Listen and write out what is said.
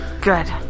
good